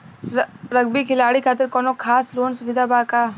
Rugby खिलाड़ी खातिर कौनो खास लोन सुविधा बा का?